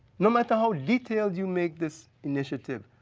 no matter how detailed you make this initiative,